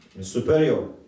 Superior